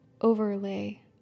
overlay